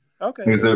Okay